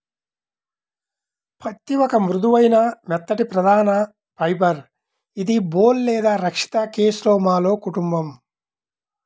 పత్తిఒక మృదువైన, మెత్తటిప్రధానఫైబర్ఇదిబోల్ లేదా రక్షిత కేస్లోమాలో కుటుంబం